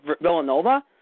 Villanova